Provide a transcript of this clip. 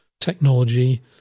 technology